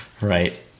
right